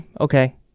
okay